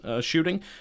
shooting